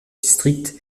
district